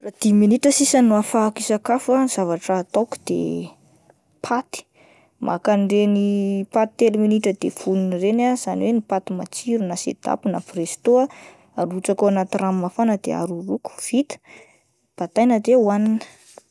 Dimy minitra sisa no ahafahako hisakafo ah, ny zavatra ataoko de paty, maka an'ireny paty telo minitra de vonona ireny ah izany hoe paty matsiro na seedap na presto ah, arotsako ao anaty rano mafana dia arorohako, vita, bataina de hohanina.